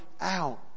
out